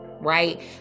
right